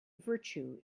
virtue